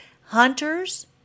hunters